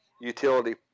utility